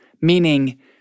meaning